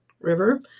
River